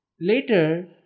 Later